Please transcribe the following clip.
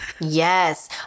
Yes